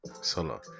solo